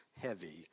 heavy